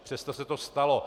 Přesto se to stalo.